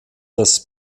das